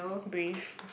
brave